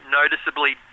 noticeably